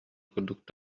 курдук